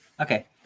okay